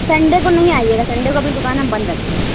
Sunday کو نہیں آئیے گا سنڈے کو اپنی دُکان ہم بند رکھتے ہیں